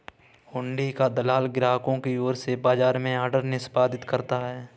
हुंडी का दलाल ग्राहकों की ओर से बाजार में ऑर्डर निष्पादित करता है